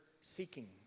seeking